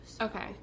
Okay